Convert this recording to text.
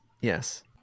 Yes